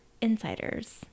Insiders